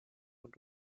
und